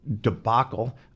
debacle